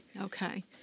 Okay